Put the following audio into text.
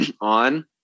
on